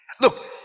Look